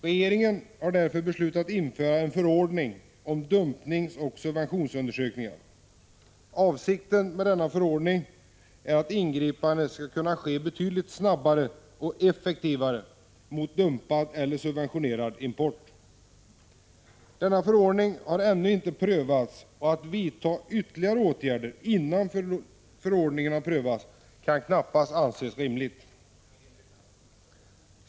Regeringen har därför beslutat införa en förordning om dumpningsoch subventionsundersökningar. Avsikten med denna förordning är att ingripande skall kunna ske betydligt snabbare och effektivare mot dumpad eller subventionerad import. Denna förordning har ännu inte prövats, och att vidta ytterligare åtgärder innan förordningen prövats kan knappast anses rimligt.